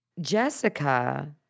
Jessica